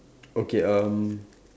okay um